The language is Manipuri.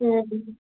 ꯎꯝ